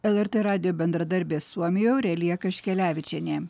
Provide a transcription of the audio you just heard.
lrt radijo bendradarbė suomijoj aurelija kaškelevičienė